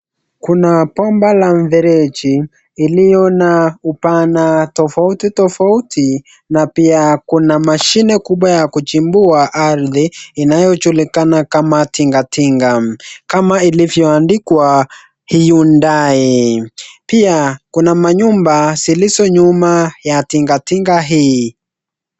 Kuna bomba la mfereji, iliyo na mpana tofauti tofauti, na pia kuna machine kubwa ya kuchimbua ardhi inayojulikana kama tingatinga kama ilivyoandikwa Hyundai , pia kuna manyumba zilizo nyuma ya tingatinga hii.